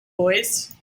voice